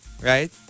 right